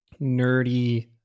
nerdy